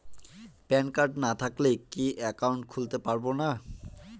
Pan card না থাকলে কি একাউন্ট খুলতে পারবো না?